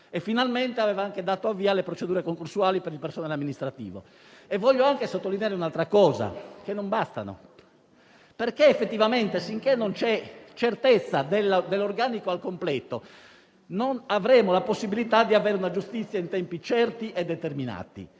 magistratura e aveva anche dato avvio alle procedure concorsuali per il personale amministrativo. Voglio anche sottolineare un'altra cosa: ciò non basta perché, finché non c'è certezza dell'organico al completo, non avremo la possibilità di avere una giustizia in tempi certi e determinati.